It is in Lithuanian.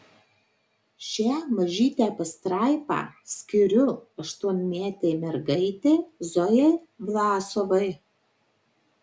šią mažytę pastraipą skiriu aštuonmetei mergaitei zojai vlasovai